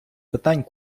питань